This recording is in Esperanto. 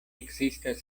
ekzistas